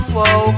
Whoa